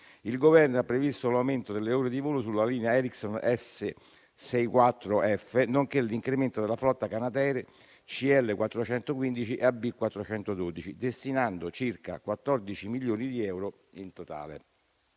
il Governo ha previsto l'aumento delle ore di volo sulla linea Erickson S-64F, nonché l'incremento della flotta Canadair CL415 e AB412 destinando circa 14 milioni di euro in totale.